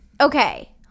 okay